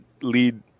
Lead